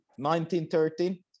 1913